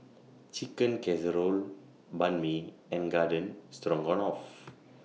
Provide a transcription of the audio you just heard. Chicken Casserole Banh MI and Garden Stroganoff